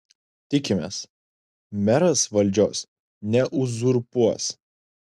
tikimės meras valdžios neuzurpuos